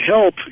help